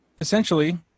essentially